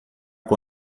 com